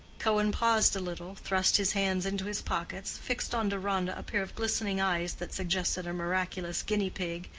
cohen paused a little, thrust his hands into his pockets, fixed on deronda a pair of glistening eyes that suggested a miraculous guinea-pig,